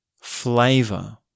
flavor